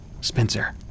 Spencer